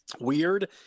weird